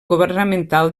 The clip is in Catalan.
governamental